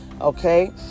Okay